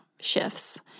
shifts